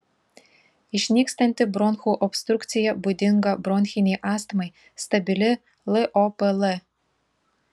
išnykstanti bronchų obstrukcija būdinga bronchinei astmai stabili lopl